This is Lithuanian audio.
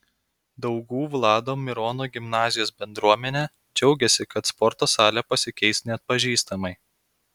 daugų vlado mirono gimnazijos bendruomenė džiaugiasi kad sporto salė pasikeis neatpažįstamai